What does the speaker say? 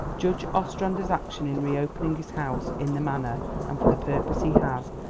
judge ostrander's action in reopening his house in the manner and for the purpose he has,